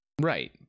Right